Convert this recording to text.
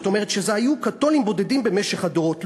זאת אומרת שהיו קתולים בודדים במשך הדורות,